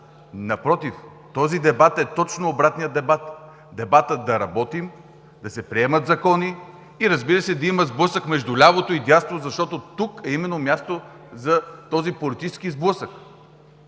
Напротив, този дебат е точно обратният дебат – дебатът да работим, да се приемат закони, и разбира се, да има сблъсък между лявото и дясното, защото тук е именно мястото за този политически сблъсък!